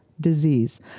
disease